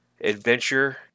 adventure